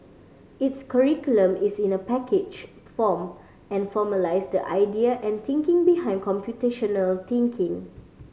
its curriculum is in a packaged form and formalised idea and thinking behind computational thinking